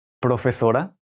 profesora